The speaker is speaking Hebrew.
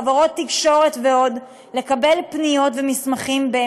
חברות תקשורת ועוד לקבל פניות ומסמכים גם